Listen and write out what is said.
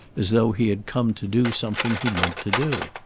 as though he had come to do something he meant to do.